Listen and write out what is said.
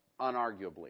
unarguably